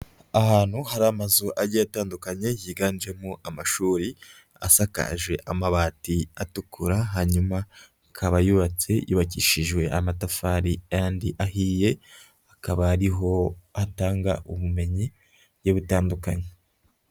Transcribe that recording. Ahantu hari amazu agiye atandukanye yiganjemo amashuri asakaje amabati atukura hanyuma akaba yubatse yubakishijwe amatafari ayandi ahiye, akaba ariho hatanga ubumenyi bugiye butandukanye.